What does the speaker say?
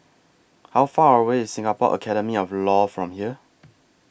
How Far away IS Singapore Academy of law from here